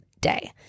day